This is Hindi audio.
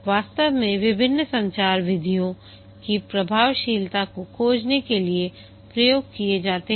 वास्तव में विभिन्न संचार विधियों की प्रभावशीलता को खोजने के लिए प्रयोग किए जाते हैं